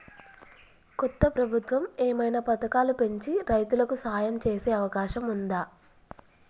కొత్త ప్రభుత్వం ఏమైనా పథకాలు పెంచి రైతులకు సాయం చేసే అవకాశం ఉందా?